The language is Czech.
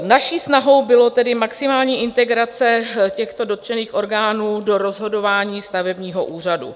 Naší snahou byla tedy maximální integrace těchto dotčených orgánů do rozhodování stavebního úřadu.